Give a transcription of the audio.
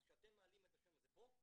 אז כשאתם מעלים את השם הזה פה,